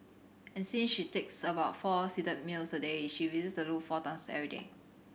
and since she takes about four seated meals a day she visits the loo four times every day